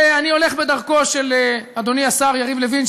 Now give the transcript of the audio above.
אני הולך בדרכו של אדוני השר יריב לוין,